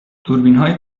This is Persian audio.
دوربینهای